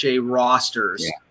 rosters